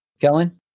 Kellen